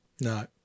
No